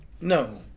no